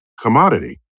commodity